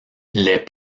les